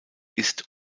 ist